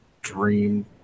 dream